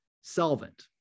solvent